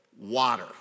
water